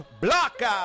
Blocker